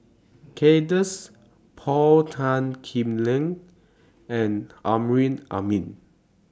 Kay Das Paul Tan Kim Liang and Amrin Amin